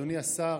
אדוני השר,